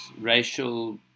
racial